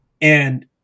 And-